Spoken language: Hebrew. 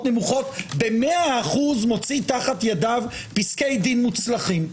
נמוכת ב-100% מוציא תחת ידיו פסקי דין מוצלחים.